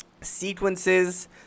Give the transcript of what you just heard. sequences